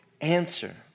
answer